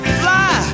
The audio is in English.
fly